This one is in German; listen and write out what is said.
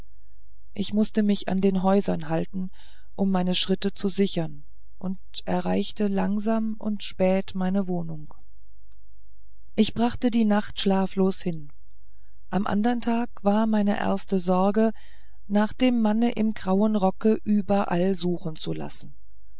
ich mußte mich an den häusern halten um meine schritte zu sichern und erreichte langsam und spät meine wohnung ich brachte die nacht schlaflos zu am andern tage war meine erste sorge nach dem manne im grauen rocke überall suchen zu lassen